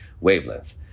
wavelength